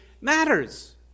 matters